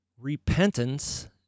Repentance